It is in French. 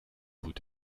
bout